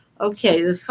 Okay